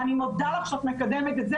ואני מודה לך שאת מקדמת את זה,